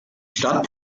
stadt